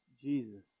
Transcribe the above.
Jesus